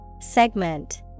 Segment